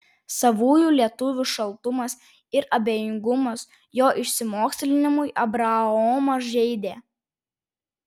savųjų lietuvių šaltumas ir abejingumas jo išsimokslinimui abraomą žeidė